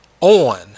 on